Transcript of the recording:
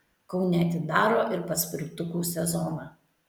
kaune atidaro ir paspirtukų sezoną